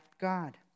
God